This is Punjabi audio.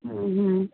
ਹੂੰ ਹੂੰ